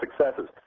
successes